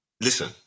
listen